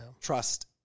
trust